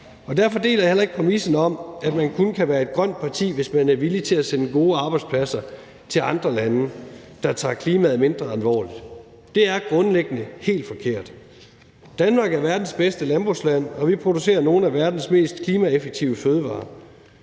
Derfor deler jeg heller ikke præmissen om, at man kun kan være et grønt parti, hvis man er villig til at sende gode arbejdspladser til andre lande, der tager klimaet mindre alvorligt. Det er grundlæggende helt forkert. Danmark er verdens bedste landbrugsland, og vi producerer nogle af verdens mest klimaeffektive fødevarer,